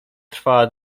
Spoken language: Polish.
trwała